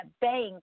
bank